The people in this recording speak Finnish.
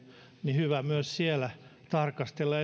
hyvä myös siellä tarkastella